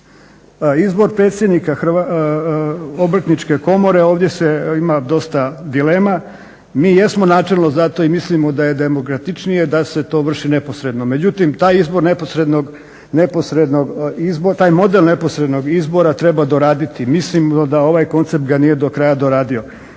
Izbor predsjednika Obrtničke komore, ovdje ima dosta dilema. Mi jesmo načelno za to i mislimo da je demokratičnije da se to vrši neposredno, međutim taj model neposrednog izbora treba doraditi. Mislimo da ovaj koncept ga nije do kraja doradio.